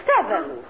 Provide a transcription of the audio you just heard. Seven